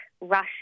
Russia